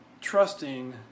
trusting